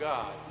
God